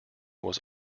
was